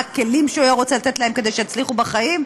מה הכלים שהוא היה רוצה לתת להם כדי שיצליחו בחיים,